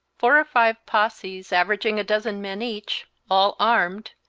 four or five posses, averaging a dozen men each, all armed,